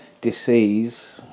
disease